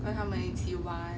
跟他们一起玩